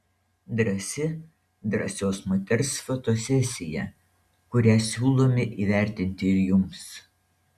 drąsi drąsios moters fotosesija kurią siūlome įvertinti ir jums